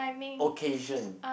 occasion